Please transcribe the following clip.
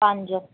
ਪੰਜ